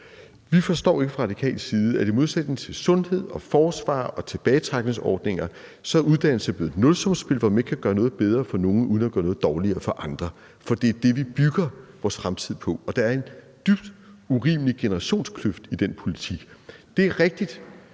Vi forstår fra radikal side ikke, at uddannelserne i modsætning til sundheds- og forsvarsområdet og tilbagetrækningsordningerne er blevet et nulsumsspil, hvor man ikke kan gøre noget bedre for nogle uden at gøre noget dårligere for andre. For det er det, vi bygger vores fremtid på, og der er en dybt urimelig generationskløft i den politik. Det er rigtigt,